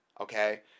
okay